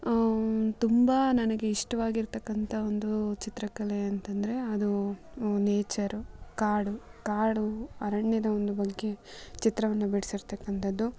ತುಂಬ ನನಗೆ ಇಷ್ಟವಾಗಿರತಕ್ಕಂಥ ಒಂದು ಚಿತ್ರಕಲೆ ಅಂತೆಂದ್ರೆ ಅದು ನೇಚರು ಕಾಡು ಕಾಡು ಅರಣ್ಯದ ಒಂದು ಬಗ್ಗೆ ಚಿತ್ರವನ್ನು ಬಿಡಿಸಿರ್ತಕಂಥದ್ದು